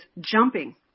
jumping